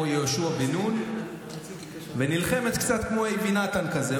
יהושע בן נון ונלחמת קצת כמו אייבי נתן כזה,